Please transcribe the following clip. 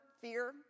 fear